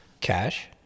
cash